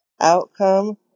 outcome